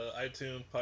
iTunes